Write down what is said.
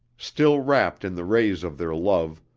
still wrapped in the rays of their love,